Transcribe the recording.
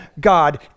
God